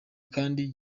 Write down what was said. kandi